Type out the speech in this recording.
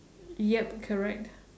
yup correct